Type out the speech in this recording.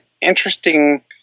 interesting